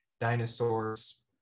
dinosaurs